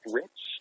rich